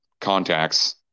contacts